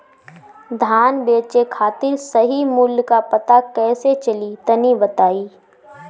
धान बेचे खातिर सही मूल्य का पता कैसे चली तनी बताई?